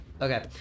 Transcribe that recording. Okay